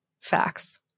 facts